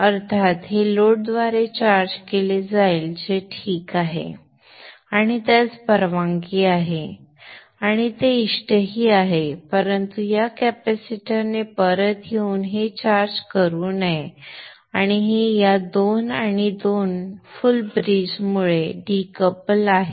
अर्थात हे लोडद्वारे चार्ज केले जाईल जे ठीक आहे आणि त्यास परवानगी आहे आणि ते इष्ट आहे परंतु या कॅपेसिटरने परत येऊन हे चार्ज करू नये आणि हे या दोन आणि या दोन फुल ब्रिज मुळे डिकपल आहे